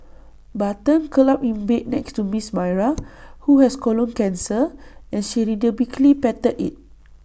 button curled up in bed next to miss Myra who has colon cancer and she rhythmically patted IT